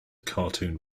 cartoon